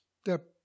step